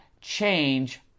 change